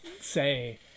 say